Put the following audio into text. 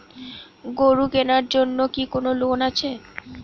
গরু কেনার জন্য কি কোন লোন আছে?